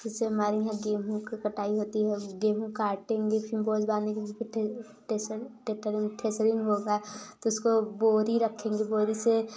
जैसे हमारे यहाँ गेंहू की कटाई होती है गेंहू काटेंगे फिर बोझ बांधेंगे फिर ठेसर टेटरिंग थसरिंग होगा तो उसको बोरी रखेंगे बोरी से